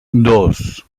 dos